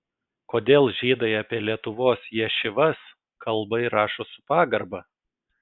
kodėl žydai apie lietuvos ješivas kalba ir rašo su pagarba